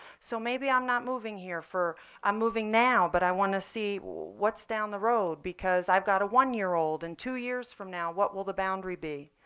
so maybe i'm not moving here for i'm moving now, but i want to see what's down the road because i've got a one-year-old. and two years from now, what will the boundary be?